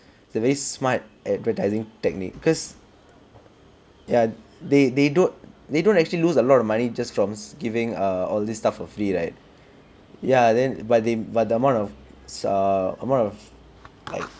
is a very smart advertising technique because they they don't they don't actually lose a lot of money just from giving err all these type of free right ya then but the but the amount of err amount of like